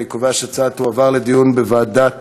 אני קובע שההצעה תועבר לדיון בוועדת